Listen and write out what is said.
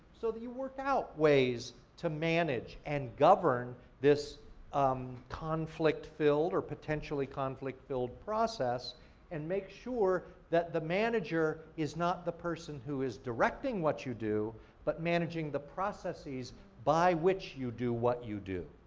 so you work out ways to manage and govern this um conflict filled or potentially conflict filled process and make sure that the manager is not the person who is directing what you do but managing the processes by which you do what you do.